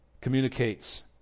communicates